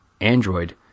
Android